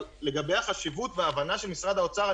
אבל לגבי החשיבות וההבנה של משרד האוצר,